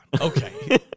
Okay